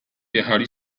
jechali